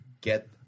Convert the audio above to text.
get